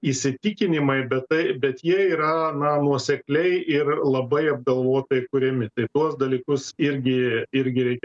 įsitikinimai bet tai bet jie yra na nuosekliai ir labai apgalvotai kuriami tai tuos dalykus irgi irgi reikia